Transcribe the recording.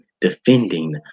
defending